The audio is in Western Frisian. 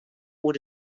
oer